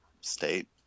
state